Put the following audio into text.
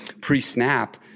pre-snap